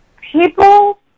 people